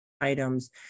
items